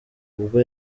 ubwo